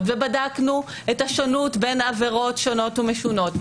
ובדקנו את השונות בין עבירות שונות ומשונות,